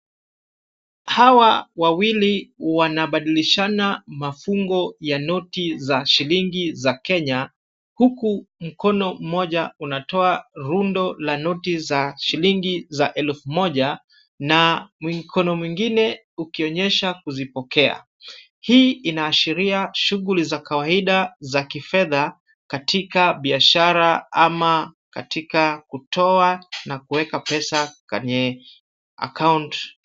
Hawa wawili wanabadilishana mafungo ya noti za shilingi za Kenya huku mkono moja unatoa rundo la noti za shilingi elfu moja na mkono mwingine ukionyesha kuzipokea ,hii inaashiria shughuli za kawaida za kifedha katika biashara ama katika kutoa na kuweka pesa kwenye account .